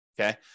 Okay